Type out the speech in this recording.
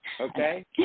Okay